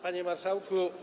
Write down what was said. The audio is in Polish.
Panie Marszałku!